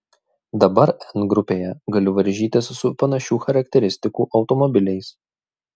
dabar n grupėje galiu varžytis su panašių charakteristikų automobiliais